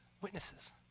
witnesses